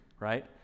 right